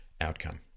outcome